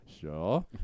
Sure